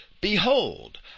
Behold